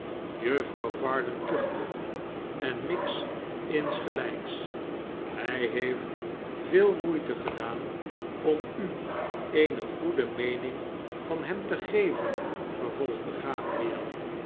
juffrouw varden kuchte en miggs insgelijks a hij heeft veel moeite gedaan om u eene goede meening van hem te geven vervolgde gabriel